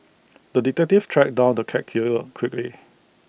the detective tracked down the cat killer quickly